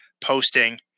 posting